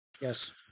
Yes